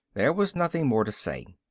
there was nothing more to say.